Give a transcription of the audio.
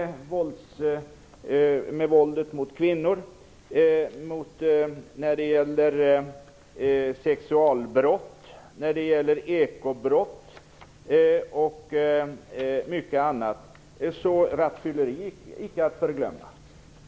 Så är det när det gäller våldet mot kvinnor, när det gäller sexualbrott, när det gäller ekobrott och mycket annat, rattfylleri icke att förglömma.